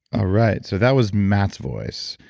all right, so that was matt's voice.